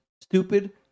Stupid